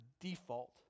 default